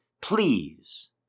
please